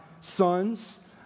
sons